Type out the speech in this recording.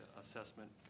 assessment